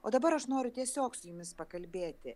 o dabar aš noriu tiesiog su jumis pakalbėti